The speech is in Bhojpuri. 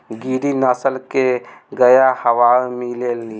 गिरी नस्ल के गाय कहवा मिले लि?